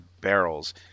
barrels